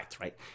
right